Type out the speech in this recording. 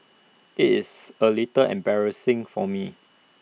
IT is A little embarrassing for me